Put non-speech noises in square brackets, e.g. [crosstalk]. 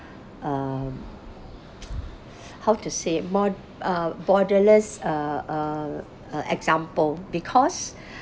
uh [noise] how to say more uh borderless uh uh uh example because